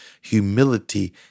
Humility